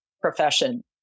profession